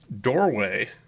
doorway